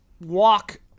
walk